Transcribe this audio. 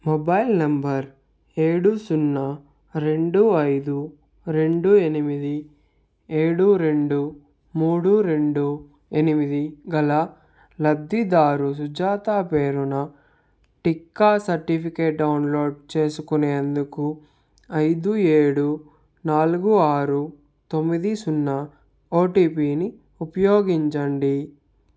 mobile number ఏడు సున్నరెండు అయిదు రెండు ఎనిమిది ఏడు రెండు మూడు రెండు ఎనిమిది గల లబ్ధిదారు సుజాత పేరున టీకా సర్టిఫికేట్ డౌన్లోడ్ చేసుకునేందుకు అయిదు ఏడు నాలుగు ఆరు తొమ్మిది సున్నా ఓటీపీని ఉపయోగించండి